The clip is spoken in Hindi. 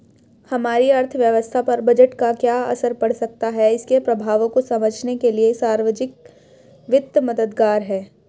हमारी अर्थव्यवस्था पर बजट का क्या असर पड़ सकता है इसके प्रभावों को समझने के लिए सार्वजिक वित्त मददगार है